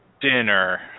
dinner